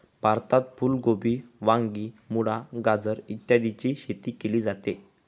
भारतात फुल कोबी, वांगी, मुळा, गाजर इत्यादीची शेती केली जाते